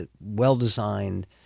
well-designed